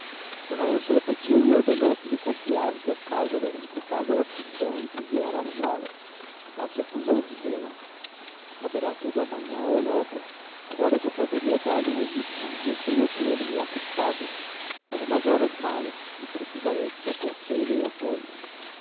d úrsula pediu e ordenou que lhe confiasse a causa da inexplicável aflição em que viera achá-lo estácio recusou dizê la saberá tudo amanhã ou logo agora só poderia dar-lhe um enigma e eu sei o que ele me há custado algumas horas mais e precisarei de seu conselho e apoio